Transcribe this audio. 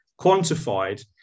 quantified